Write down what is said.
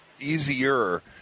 easier